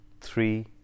three